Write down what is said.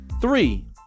Three